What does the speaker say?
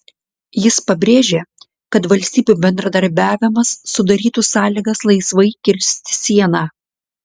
jis pabrėžė kad valstybių bendradarbiavimas sudarytų sąlygas laisvai kirsti sieną